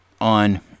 on